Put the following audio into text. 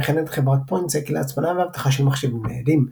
וכן את חברת Pointsec להצפנה ואבטחה של מחשבים ניידים.